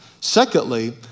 Secondly